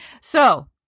So-